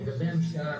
לגבי המשטרה,